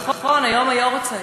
נכון, היום היארצייט.